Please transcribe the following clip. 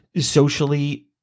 socially